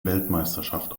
weltmeisterschaft